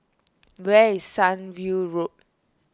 where is Sunview Road